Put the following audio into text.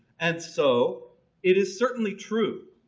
and so it is certainly true,